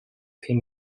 him